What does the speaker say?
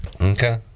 Okay